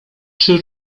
czy